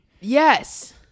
Yes